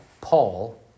Paul